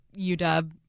UW